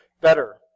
better